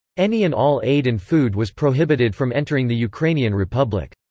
any and all aid and food was prohibited from entering the ukrainian republic.